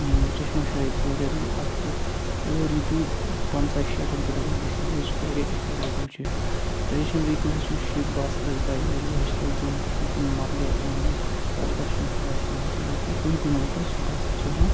چشمہِ شاہی تہِ چھِ واریاہ دوٗر اتھ پٮ۪ٹھ یِہےَ رۄپیہِ پَنٛژاہ شیٹھَن پٮ۪ٹھ ہیٚکو أسۍ گٔژھِتھ یُس واریاہ ایٚفوڈیبُل چھُ ٹرٛیٚڈِشنل ویٖہکٕلز یُس چھُ بس آسہِ بَجہِ بَجہِ بَس آسہٕ برٛونٛٹھ آسان تِم مۅکلے تِمن اَز بس چھَ نہٕ خاص چلان کِہیٖنٛۍ البتہٕ کُنہِ کُنہِ روٗٹَس چھِ بس تہِ چلان